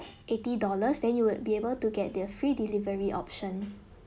eighty dollars then you will be able to get their free delivery option